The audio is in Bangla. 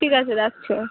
ঠিক আছে রাখছি আমি